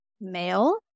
male